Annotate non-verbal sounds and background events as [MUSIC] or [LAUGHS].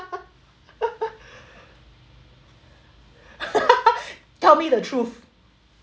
[LAUGHS] tell me the truth